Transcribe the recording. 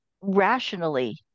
rationally